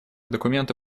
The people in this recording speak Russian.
документа